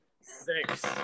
Six